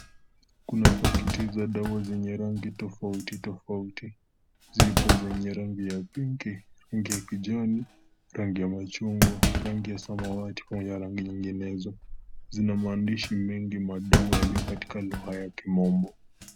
Kuna pakiti za dawa zenye rangi tofauti tofauti zipo zenye rangi ya pinki, rangi ya kijani, rangi ya chungwa, rangi ya samawati, pamoja na zinginezo. Zina maandish mengi madogo yalio katika lugha ya kimombo.